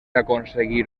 aconseguir